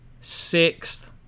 sixth